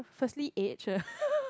firstly age uh